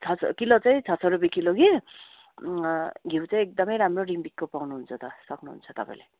छ सौ किलो चाहिँ छ सौ रुपियाँ किलो कि घिउ चाहिँ एकदमै राम्रो रिम्बिकको पाउनुहुन्छ त सक्नुहुन्छ तपाईँले